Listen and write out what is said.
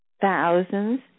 thousands